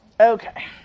Okay